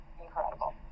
incredible